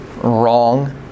wrong